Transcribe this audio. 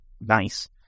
nice